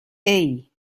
hey